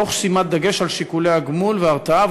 תוך שימת דגש על שיקולי הגמול וההרתעה,